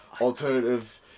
alternative